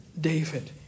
David